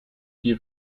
die